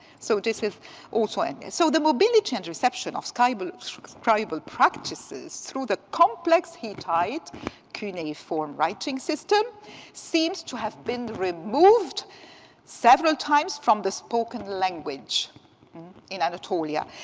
so this is also in there. so the mobility and reception of scribal sort of scribal practices through the complex hittite cuneiform writing system seems to have been removed several times from the spoken language in anatolia.